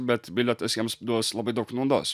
bet bilietas jiems duos labai daug naudos